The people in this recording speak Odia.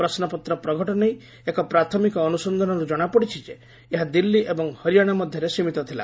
ପ୍ରଶ୍ନପତ୍ର ପ୍ରଘଟ ନେଇ ଏକ ପ୍ରାଥମିକ ଅନୁସନ୍ଧାନରୁ ଜଣାପଡ଼ିଛି ଯେ ଏହା ଦିଲ୍ଲୀ ଏବଂ ହରିଆଣା ମଧ୍ୟରେ ସିମିତ ଥିଲା